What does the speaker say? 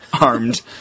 armed